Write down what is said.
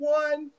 one